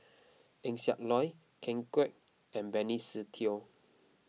Eng Siak Loy Ken Kwek and Benny Se Teo